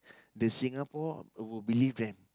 the Singapore will believe them